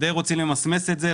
די רוצים למסמס את זה.